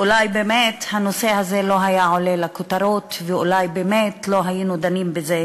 אולי באמת הנושא הזה לא היה עולה לכותרות ואולי באמת לא היינו דנים בזה